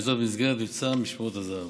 וזאת במסגרת מבצע משמרות זהב.